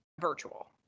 virtual